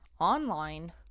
Online